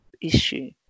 issue